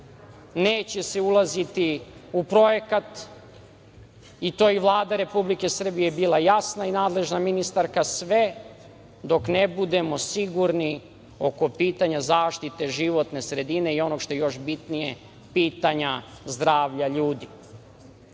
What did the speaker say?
neće se ulaziti u projekat, i to je i Vlada Republike Srbije bila jasna i nadležna ministarka, dok ne budemo sigurni oko pitanja zaštite životne sredine i onog što je još bitnije - pitanja zdravlja